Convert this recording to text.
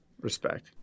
Respect